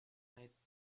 heights